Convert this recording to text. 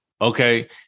okay